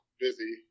busy